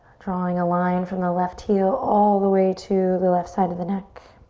drawing a line from the left heel all the way to the left side of the neck.